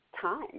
time